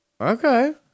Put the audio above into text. Okay